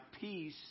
peace